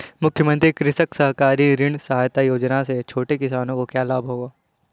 मुख्यमंत्री कृषक सहकारी ऋण सहायता योजना से छोटे किसानों को क्या लाभ होगा?